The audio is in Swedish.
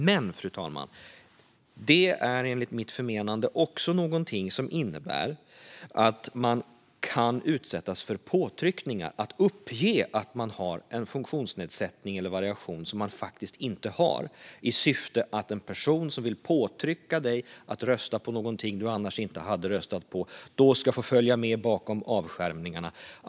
Det är, fru talman, enligt mitt förmenande också någonting som innebär att man kan utsättas för påtryckningar att uppge att man har en funktionsnedsättning eller en funktionsvariation som man faktiskt inte har, i syfte att en person som vill påtrycka en att rösta på någonting man annars inte hade röstat på då ska få följa med en bakom avskärmningarna.